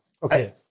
Okay